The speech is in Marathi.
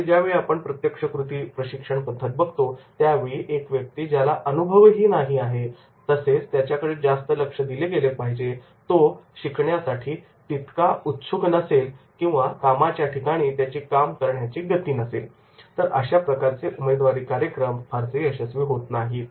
आणि ज्या वेळी आपण प्रत्यक्ष कृती प्रशिक्षण पद्धत बघतो त्या वेळी एक व्यक्ती ज्याला अनुभवही नाही तसेच त्याच्याकडे जास्त लक्ष दिले गेले पाहिजे तो शिकण्यासाठी तितका उत्सुक नसेल किंवा कामाच्या ठिकाणी त्याची काम करण्याची गती नसेल तर अशा प्रकारचे उमेदवारी कार्यक्रम फारसे यशस्वी होत नाहीत